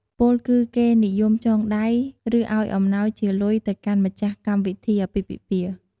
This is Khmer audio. ពោលគឺ គេនិយមចងដៃ ឬ ឱ្យអំណោយជាលុយទៅកាន់ម្ចាស់កម្មវិធីអាពាហ៍ពិពាហ៍។